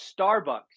Starbucks